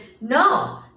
no